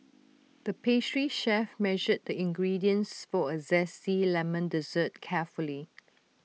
the pastry chef measured the ingredients for A Zesty Lemon Dessert carefully